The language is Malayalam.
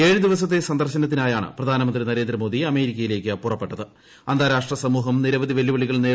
ഏഴു ദിവസത്തെ സന്ദർശനത്തിനായാണ് പ്രധാനമന്ത്രി നരേന്ദ്രമോദി അമേരിക്കയിലേയ്ക്ക് അന്താരാഷ്ട്ര സമൂഹം നിരവധി വെല്ലുവിളികൾ പുറപ്പെട്ടത്